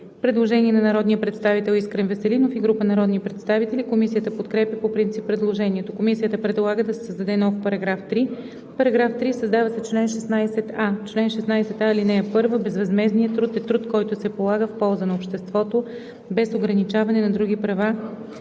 Предложение на народния представител Искрен Веселинов и група народни представители. Комисията подкрепя по принцип предложението. Комисията предлага да се създаде нов § 3: „§ 3. Създава се чл. 16а: „Чл. 16а. (1) Безвъзмездният труд е труд, който се полага в полза на обществото без ограничаване на други права